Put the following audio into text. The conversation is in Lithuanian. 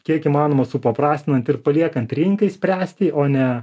kiek įmanoma supaprastinant ir paliekant rinkai spręsti o ne